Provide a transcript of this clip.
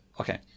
okay